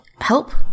help